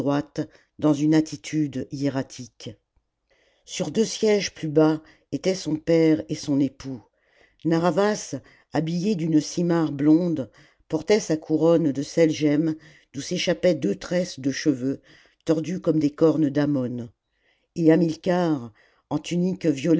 dans une attitude hiératique sur deux sièges plus bas étaient son père et son époux narr'havas habillé d'une simarre blonde portait sa couronne de sel gemme d'oii s'échappaient deux tresses de cheveux tordues comme des cornes d'ammon et hamilcar en tunique